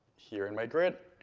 here in my grid